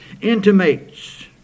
intimates